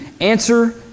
answer